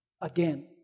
again